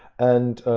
and